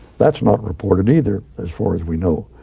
that's not reported either, as far as we know.